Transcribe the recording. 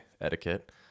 etiquette